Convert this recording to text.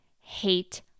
hate